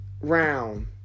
round